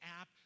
app